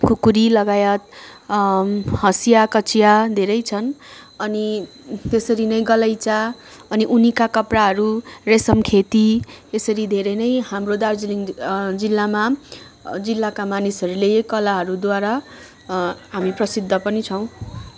खुकुरी लगायत हँसिया कचिया धेरै छन् अनि त्यसरी नै गलैँचा अनि ऊनीका कपडाहरू रेसम खेती यसरी धेरै नै हाम्रो दार्जिलिङ जिल्लामा जिल्लाका मानिसहरूले कलाहरूद्वारा हामी प्रसिद्ध पनि छौँ